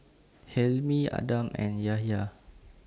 Hilmi Adam and Yahya